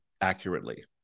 accurately